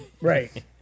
Right